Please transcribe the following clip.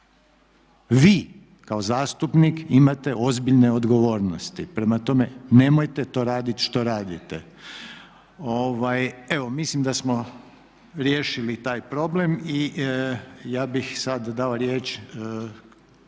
Vi kao zastupnik imate ozbiljne odgovornosti. Prema tome, nemojte to raditi što radite. Evo mislim da smo riješili taj problem. Ja bih sad dao riječ